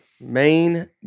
Main